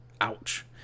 Ouch